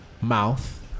mouth